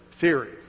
theory